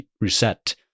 reset